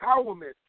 empowerment